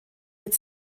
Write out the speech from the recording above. mit